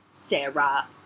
Sarah